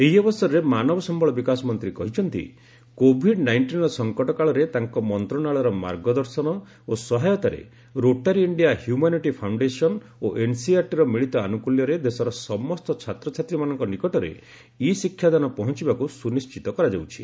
ଏହି ଅବସରରେ ମାନବ ସମ୍ଭଳ ବିକାଶ ମନ୍ତ୍ରୀ କହିଛନ୍ତି କୋଭିଡ୍ ନାଇଷ୍ଟିନ୍ର ସଂକଟ କାଳରେ ତାଙ୍କ ମନ୍ତ୍ରଣାଳୟର ମାର୍ଗଦର୍ଶନ ଓ ସହାୟତାରେ ରୋଟାରୀ ଇଣ୍ଡିଆ ହ୍ୟୁମାନିଟି ଫାଉଣ୍ଡେସନ ଓ ଏନ୍ସିଇଆରଟିର ମିଳିତ ଆନୁକୂଲ୍ୟରେ ଦେଶର ସମସ୍ତ ଛାତ୍ରଛାତ୍ରୀମାନଙ୍କ ନିକଟରେ ଇ ଶିକ୍ଷାଦାନ ପହଞ୍ଚୁବାକୁ ସୁନିଶ୍ଚିତ କରାଯାଉଛି